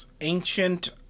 Ancient